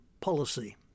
policy